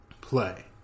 play